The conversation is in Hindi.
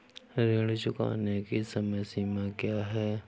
ऋण चुकाने की समय सीमा क्या है?